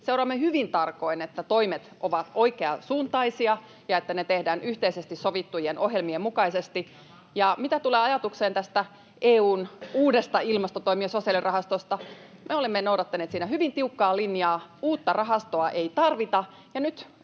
Seuraamme hyvin tarkoin, että toimet ovat oikeasuuntaisia ja että ne tehdään yhteisesti sovittujen ohjelmien mukaisesti. Mitä tulee ajatukseen tästä EU:n uudesta ilmastotoimi- ja sosiaalirahastosta: Me olemme noudattaneet siinä hyvin tiukkaa linjaa. Uutta rahastoa ei tarvita,